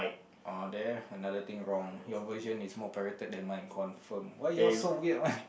oh there another thing wrong your version is more pirated than mine confrrm why you all so weird [one]